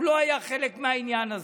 הוא לא היה חלק מהעניין הזה.